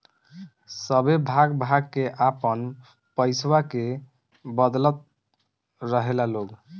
सभे भाग भाग के आपन पइसवा के बदलत रहेला लोग